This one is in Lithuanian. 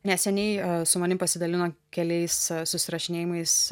neseniai su manim pasidalino keliais susirašinėjimais